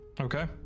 Okay